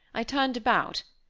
i turned about,